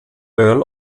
earl